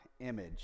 image